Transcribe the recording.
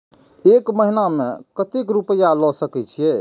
एक महीना में केते रूपया ले सके छिए?